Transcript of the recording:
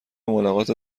ملاقات